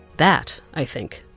that, i think,